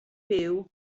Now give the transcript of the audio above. byw